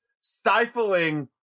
stifling